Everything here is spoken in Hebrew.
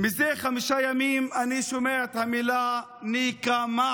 מזה חמישה ימים אני שומע את המילה "נקמה"